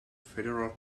federal